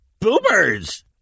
Boomers